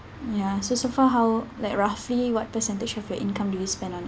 ya so so far how like roughly what percentage of your income do you spend on